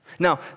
Now